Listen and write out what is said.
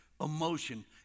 emotion